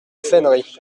fènerie